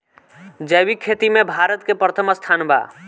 जैविक खेती में भारत के प्रथम स्थान बा